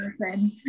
person